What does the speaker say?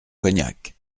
cognac